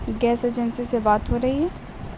gas agency سے بات ہو رہی ہے